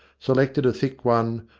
selected a thick one,